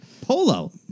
Polo